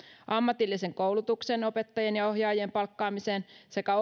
ammatillisen koulutuksen opettajien ja ohjaajien palkkaamiseen sekä